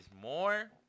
more